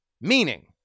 Meaning